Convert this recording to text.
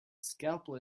scalpel